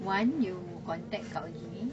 one you contact kak ogi